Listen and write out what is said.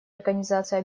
организация